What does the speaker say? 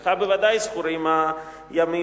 לך בוודאי זכורים הימים,